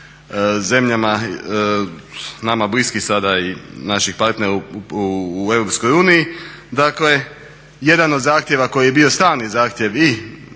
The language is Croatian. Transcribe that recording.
zemljama nama bliskih sada i naših partnera u Europskoj uniji. Dakle jedan od zahtjeva koji je bio stalni zahtjev i